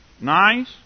Nice